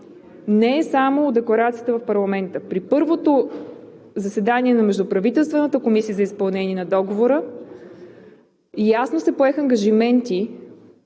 не е само от Декларацията в парламента. При първото заседание на Междуправителствената комисия за изпълнение на Договора ясно се поеха ангажименти